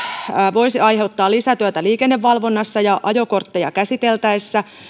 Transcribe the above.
voisi aiheuttaa lisätyötä liikennevalvonnassa ja ajokortteja käsiteltäessä